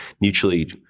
mutually